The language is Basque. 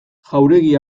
jauregi